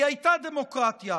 היא הייתה דמוקרטיה,